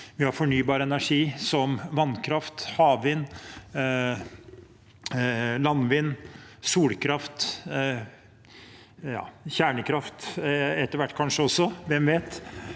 vi har fornybar energi, som vannkraft, havvind, landvind, solkraft, etter hvert kanskje også